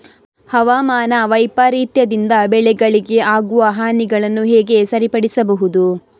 ಹವಾಮಾನ ವೈಪರೀತ್ಯದಿಂದ ಬೆಳೆಗಳಿಗೆ ಆಗುವ ಹಾನಿಗಳನ್ನು ಹೇಗೆ ಸರಿಪಡಿಸಬಹುದು?